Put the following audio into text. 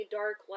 dark